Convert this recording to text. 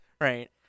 right